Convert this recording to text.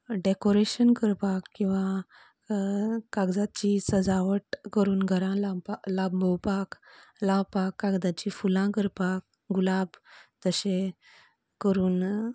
decoration करपाक किंवां कागदाची सजावट करून घरान लावपाक लांबोवपाक लावपाक कागदाची फुलां करपाक गुलाब तशें करून